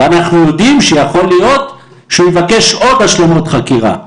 ואנחנו יודעים שיכול להיות שהוא יבקש עוד השלמות חקירה.